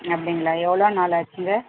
அப்படிங்களா எவ்வளோ நாள் ஆச்சுங்க